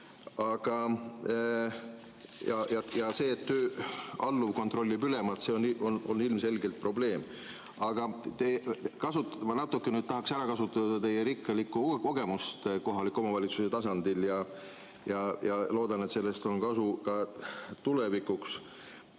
pärineb. See, et alluv kontrollib ülemat, on ilmselgelt probleem. Aga ma natukene tahaksin ära kasutada teie rikkalikku kogemust kohaliku omavalitsuse tasandil ja loodan, et sellest on kasu ka tulevikus.